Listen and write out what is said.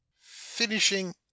Finishing